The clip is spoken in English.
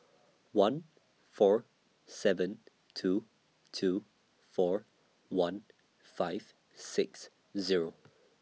one four seven two two four one five six Zero